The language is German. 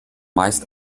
meist